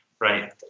right